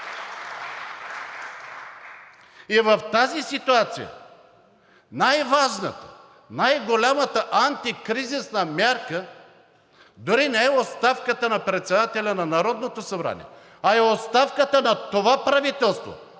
и в тази ситуация най-важна, най-голямата антикризисна мярка дори не е оставката на председателя на Народното събрание, а е оставката на това правителство